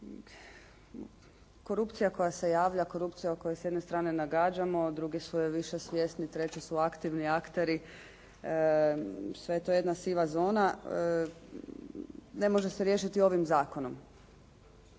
korupcija koja se javlja, korupcija u kojoj s jedne strane nagađamo, drugi su je više svjesni, treći su aktivni akteri sve je to jedna siva zona. Ne može se riješiti ovim zakonom.